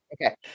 Okay